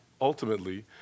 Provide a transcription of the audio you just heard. ultimately